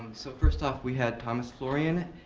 so, first off, we had thomas florian,